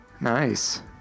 Nice